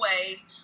ways